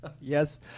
yes